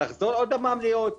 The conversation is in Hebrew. תוכניות ייחודיות,